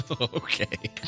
Okay